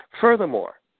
Furthermore